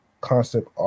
concept